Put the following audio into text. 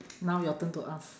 now your turn to ask